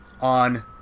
on